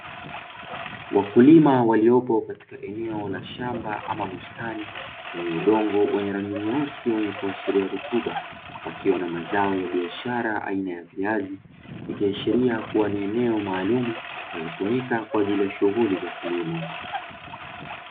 Wakulima waliopo katika eneo la shamba ama bustani kwenye udongo wenye rangi nyeusi wenye kuashiria rutuba, wakiona mazao ya biashara aina ya viazi ikiaashiria kuwa ni eneo maalumu linalotumika kwa ajili ya shughuli za kilimo.